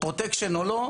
פרוטקשן או לא,